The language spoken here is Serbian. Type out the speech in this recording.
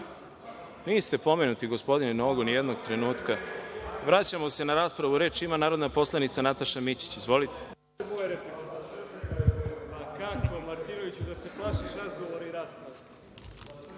Niste spomenuti gospodine Nogo nijednog trenutka. Molim vas, vraćamo se na raspravu. Reč ima narodna poslanica Nataša Mićić. Izvolite.